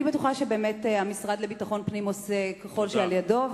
אני בטוחה באמת שהמשרד לביטחון פנים עושה כל שלאל ידו,